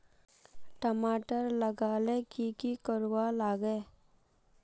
टमाटर लगा ले की की कोर वा लागे?